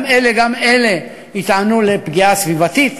גם אלה גם אלה יטענו על פגיעה סביבתית.